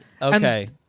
Okay